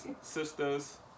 sisters